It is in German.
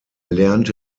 lernte